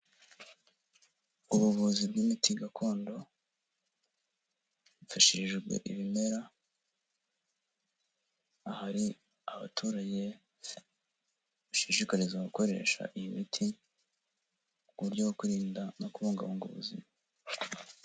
Ubuvuzi bw'imiti gakondo hifashishijwe ibimera, ahari abaturage bashishikariza gukoresha iyi miti, mu buryo bwo kurinda no kubungabunga ubuzima.